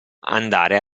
andare